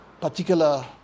particular